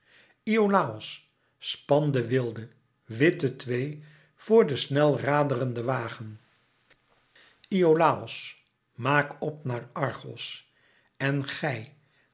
iolàos span de wilde witte twee voor den snel raderenden wagen iolàos maak p naar argos en gij